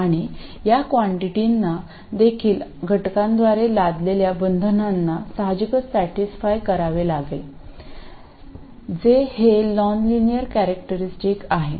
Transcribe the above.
आणि या क्वांटीटीनाquantity देखील घटकांद्वारे लादलेल्या बंधनांना साहजिकच सॅटिस्फाय करावे लागेल जे हे नॉनलिनियर कॅरेक्टरिस्टिक आहे